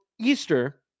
Easter